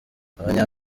abanya